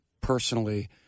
personally